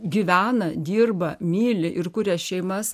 gyvena dirba myli ir kuria šeimas